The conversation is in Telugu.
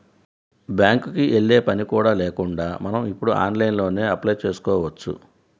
బ్యేంకుకి యెల్లే పని కూడా లేకుండా మనం ఇప్పుడు ఆన్లైన్లోనే అప్లై చేసుకోవచ్చు